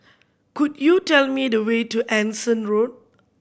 could you tell me the way to Anson Road